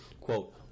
quote